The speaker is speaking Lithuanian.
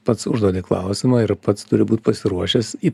pats užduodi klausimą ir pats turi būt pasiruošęs į